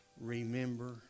remember